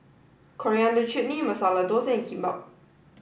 Coriander Chutney Masala Dosa and Kimbap